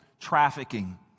trafficking